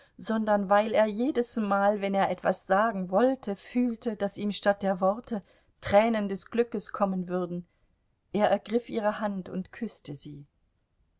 sondern weil er jedesmal wenn er etwas sagen wollte fühlte daß ihm statt der worte tränen des glückes kommen würden er ergriff ihre hand und küßte sie